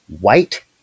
white